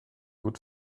would